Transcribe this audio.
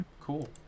cool